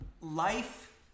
life